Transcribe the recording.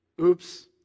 Oops